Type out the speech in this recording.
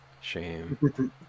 shame